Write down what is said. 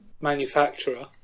manufacturer